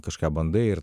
kažką bandai ir